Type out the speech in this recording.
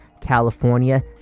California